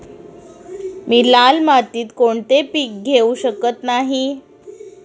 मी लाल मातीत कोणते पीक घेवू शकत नाही?